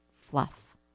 fluff